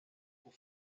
cou